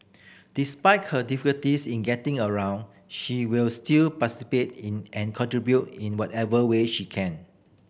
despite her difficulties in getting around she will still participate in and contribute in whatever way she can